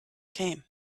came